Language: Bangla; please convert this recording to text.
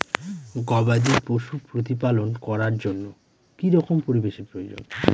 গবাদী পশু প্রতিপালন করার জন্য কি রকম পরিবেশের প্রয়োজন?